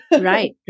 Right